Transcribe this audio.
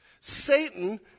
Satan